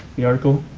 the article,